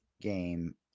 game